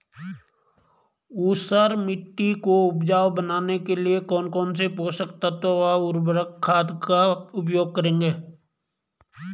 ऊसर मिट्टी को उपजाऊ बनाने के लिए कौन कौन पोषक तत्वों व उर्वरक खाद का उपयोग करेंगे?